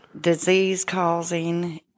disease-causing